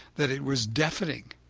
that it was deafening.